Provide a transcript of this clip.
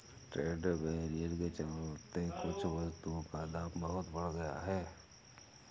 trade barrier के चलते कुछ वस्तुओं का दाम बहुत बढ़ गया है